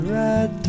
red